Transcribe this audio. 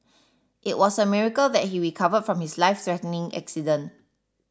it was a miracle that he recovered from his lifethreatening accident